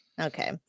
okay